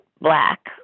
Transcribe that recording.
black